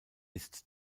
ist